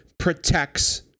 protects